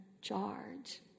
charge